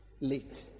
late